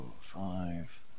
five